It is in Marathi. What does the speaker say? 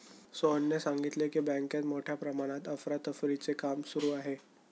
सोहनने सांगितले की, बँकेत मोठ्या प्रमाणात अफरातफरीचे काम सुरू आहे